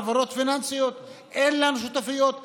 חברות פיננסיות שיתופיות.